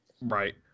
Right